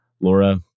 Laura